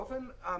באופן אמיתי,